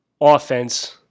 offense